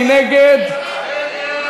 מי נגד?